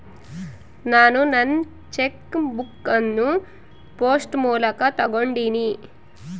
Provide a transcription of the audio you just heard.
ನಾನು ನನ್ನ cheque book ಅನ್ನು ಪೋಸ್ಟ್ ಮೂಲಕ ತೊಗೊಂಡಿನಿ